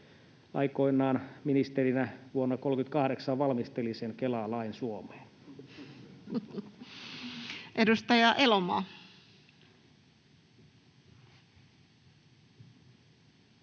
aikoinaan ministerinä vuonna 38 valmisteli sen Kela-lain Suomeen. Edustaja Elomaa.